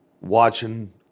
watching